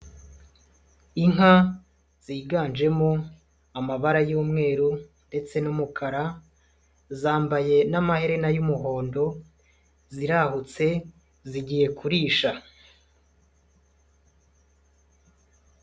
Inka ziganjemo amabara y'umweru ndetse n'umukara, zambaye n'amaherena y'umuhondo zirahutse zigiye kurisha.